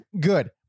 good